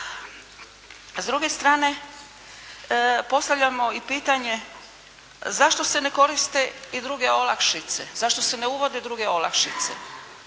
S druge strane postavljamo i pitanje zašto se ne koriste i druge olakšice? Zašto se ne uvode druge olakšice?